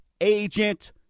agent